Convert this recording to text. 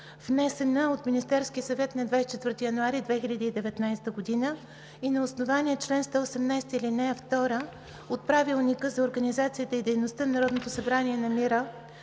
внесена от Министерския съвет на 24 януари 2019 г., и на основание чл. 118, ал. 2 от Правилника за организацията и дейността на Народното събрание намира,